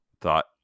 thought